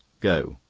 go!